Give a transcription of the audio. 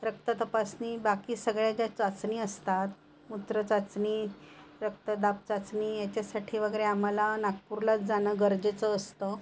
रक्ततपासणी बाकी सगळ्या ज्या चाचणी असतात मूत्र चाचणी रक्तदाब चाचणी याच्यासाठी वगैरे आम्हाला नागपूरलाच जाणं गरजेचं असतं